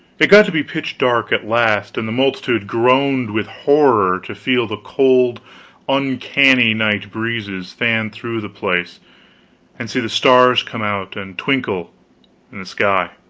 it got to be pitch dark, at last, and the multitude groaned with horror to feel the cold uncanny night breezes fan through the place and see the stars come out and twinkle in the sky.